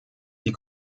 die